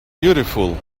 beautiful